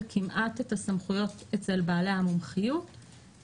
כמעט את הסמכויות אצל בעלי המומחיות,